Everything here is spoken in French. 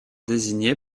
désigné